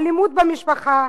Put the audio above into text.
אלימות במשפחה.